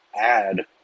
add